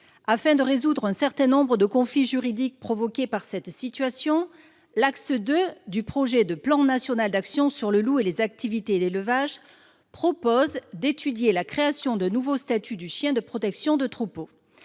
Afin de résoudre un certain nombre de conflits juridiques provoqués par cette situation, l’axe 2 du projet de plan national d’actions sur le loup et les activités d’élevage prévoit d’étudier la création d’un nouveau statut de chien de protection de troupeau.